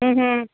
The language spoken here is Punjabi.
ਹੂੰ ਹੂੰ